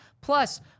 plus